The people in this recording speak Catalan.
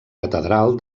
catedral